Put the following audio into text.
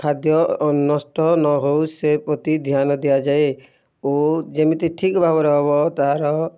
ଖାଦ୍ୟ ନଷ୍ଟ ନହେଉ ସେ ପ୍ରତି ଧ୍ୟାନ ଦିଆଯାଏ ଓ ଯେମିତି ଠିକ୍ ଭାବରେ ହେବ ତା'ର